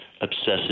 obsessive